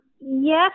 Yes